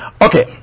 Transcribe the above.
Okay